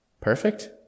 Perfect